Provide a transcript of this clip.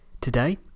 Today